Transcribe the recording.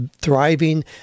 thriving